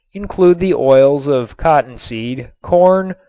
include the oils of cottonseed, corn,